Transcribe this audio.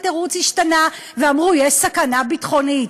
התירוץ השתנה ואמרו: יש סכנה ביטחונית,